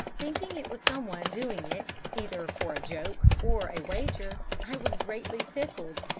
thinking it was someone doing it either for a joke or a wager, i was greatly tickled,